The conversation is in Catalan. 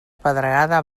pedregada